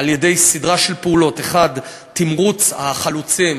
על-ידי סדרה של פעולות: 1. תמרוץ החלוצים,